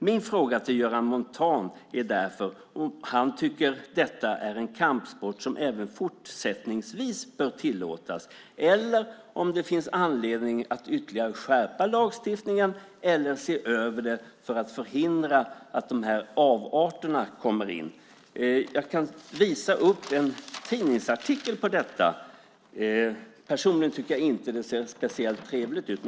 Min fråga till Göran Montan är därför: Tycker du att detta är en kampsport som även fortsättningsvis bör tillåtas, eller finns det anledning att ytterligare skärpa lagstiftningen eller se över den för att förhindra att de här avarterna kommer in? Jag kan visa upp en tidningsartikel om detta. Personligen tycker jag inte att det ser speciellt trevligt ut.